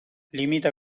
limita